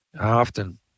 Often